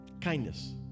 Kindness